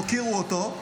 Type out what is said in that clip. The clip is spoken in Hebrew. תוקירו אותו,